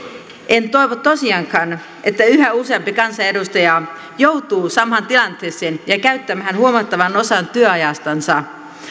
en toivo tosiaankaan että yhä useampi kansanedustaja joutuu samaan tilanteeseen ja käyttämään huomattavan osan työajastansa